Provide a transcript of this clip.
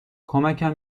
کمکم